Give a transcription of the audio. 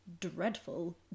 dreadful